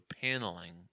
paneling